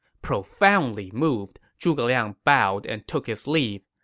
profoundly moved, zhuge liang bowed and took his leave.